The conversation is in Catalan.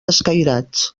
escairats